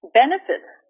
benefits